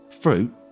fruit